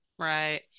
Right